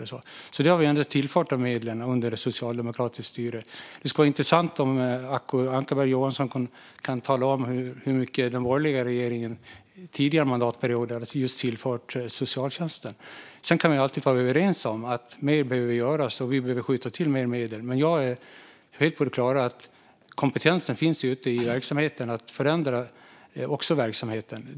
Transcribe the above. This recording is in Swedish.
Men vi har alltså tillfört medel under socialdemokratiskt styre. Det skulle vara intressant om Acko Ankarberg Johansson kunde tala om hur mycket den borgerliga regeringen under tidigare mandatperioder har tillfört socialtjänsten. Sedan kan vi alltid vara överens om att mer behöver göras och att vi behöver skjuta till mer medel. Men jag är helt på det klara med att kompetensen finns ute i verksamheten också för att förändra den.